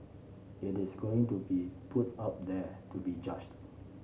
it is going to be put out there to be judged